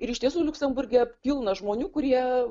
ir iš tiesų liuksemburge pilna žmonių kurie